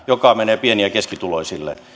joka menee pieni ja keskituloisille